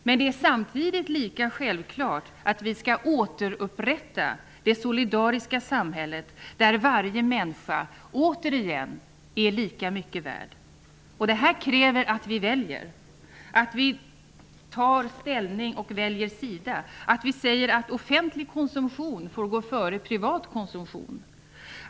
Men det är samtidigt lika självklart att vi skall återupprätta det solidariska samhället där varje människa -- återigen -- är lika mycket värd. Det här kräver att vi väljer, att vi tar ställning och väljer sida. Vi måste säga att offentlig konsumtion får gå före privat konsumtion.